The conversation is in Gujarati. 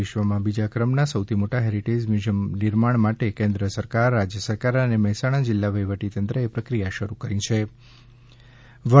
વિશ્વમાં બીજા ક્રમના સૌથી મોટા હેરિટેઝ મ્યુઝિયમ નિર્માણ માટે કેન્દ્ર સરકાર રાજય સરકાર અને મહેસાણા જિલ્લા વહીવટીતંત્રએ પ્રક્રિયા શરૂ કરી દિધી છે